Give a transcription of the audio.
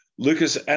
Lucas